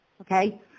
okay